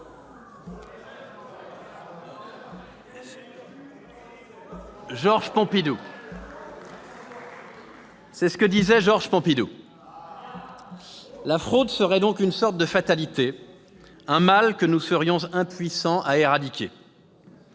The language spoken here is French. OEuvres complètes ! C'est ce que disait Georges Pompidou ! La fraude serait une sorte de fatalité, un mal que nous serions impuissants à éradiquer.